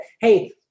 hey